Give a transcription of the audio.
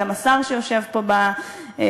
גם השר שיושב פה במשכן,